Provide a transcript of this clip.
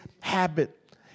habit